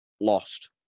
lost